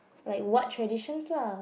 like what traditions lah